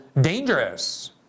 dangerous